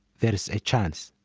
there is a chance.